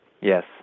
Yes